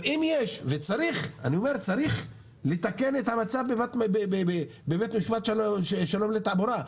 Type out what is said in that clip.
וצריך לתקן את המצב בבית משפט שלום לתעבורה,